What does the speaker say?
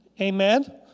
Amen